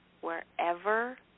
Wherever